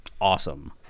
awesome